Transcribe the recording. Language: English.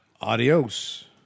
Adios